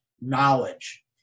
knowledge